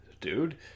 dude